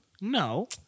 No